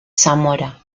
zamora